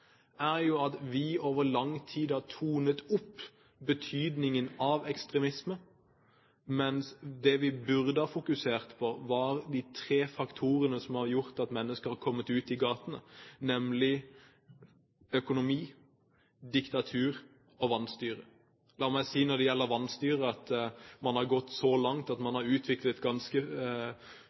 er jo at vi over lang tid har tonet opp betydningen av ekstremisme, mens det vi burde ha fokusert på, var de tre faktorene som har gjort at mennesker har kommet ut i gatene, nemlig økonomi, diktatur og vanstyre. La meg si når det gjelder vanstyre, at man har gått så langt at man har utviklet ganske